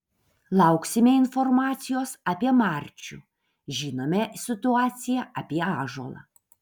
lauksime informacijos apie marčių žinome situaciją apie ąžuolą